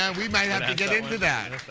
yeah we might have to get into that.